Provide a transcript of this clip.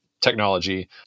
technology